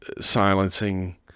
silencing